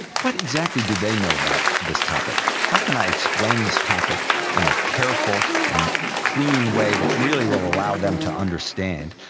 what exactly do they know about this topic? how can i explain this topic in a careful and clean way that really will allow them to understand?